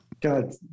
God